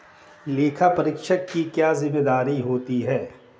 लेखापरीक्षक की क्या जिम्मेदारी होती है?